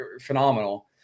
phenomenal